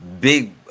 Big